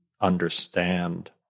understand